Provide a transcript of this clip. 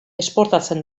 esportatzen